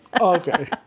Okay